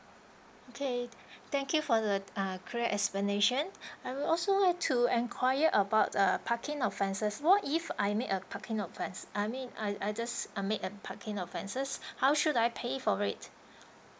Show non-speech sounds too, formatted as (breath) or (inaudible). okay thank you for the ah clear explanation (breath) I would also like to enquire about uh parking offences what if I make a parking offence I mean I I just uh make a parking offences (breath) how should I pay for it